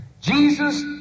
Jesus